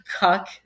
cuck